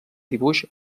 dibuix